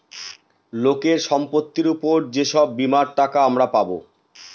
লোকের সম্পত্তির উপর যে সব বীমার টাকা আমরা পাবো